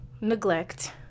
neglect